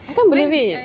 I can't believe it